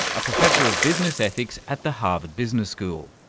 a professor of business ethics at the harvard business school.